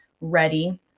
ready